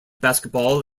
basketball